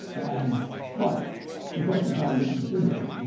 and but the question is how it gets distributed.